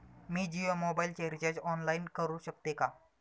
मी जियो मोबाइलचे recharge online करू शकते का?